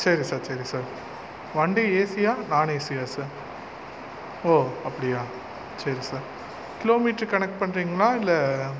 சரி சார் சரி சார் வண்டி ஏசியா நாண் ஏசியா சார் ஓ அப்படியா சரி சார் கிலோ மீட்டர் கணக்கு பண்ணுறிங்களா இல்லை